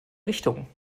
richtungen